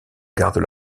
gardent